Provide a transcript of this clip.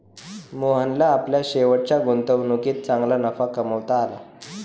मोहनला आपल्या शेवटच्या गुंतवणुकीत चांगला नफा कमावता आला